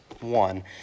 one